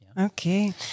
Okay